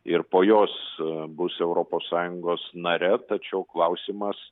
ir po jos bus europos sąjungos nare tačiau klausimas